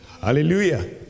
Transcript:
Hallelujah